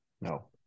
No